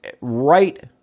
right